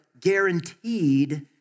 guaranteed